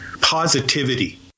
positivity